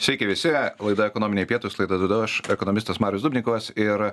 sveiki visi laida ekonominiai pietūs laidą vedu aš ekonomistas marius dubnikovas ir